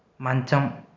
మంచం